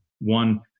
one